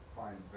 find